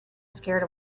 scared